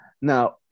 now